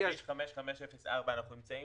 בכביש 5504 אנחנו רוצים